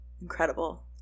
incredible